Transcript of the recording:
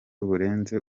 burenze